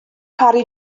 parry